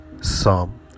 Psalm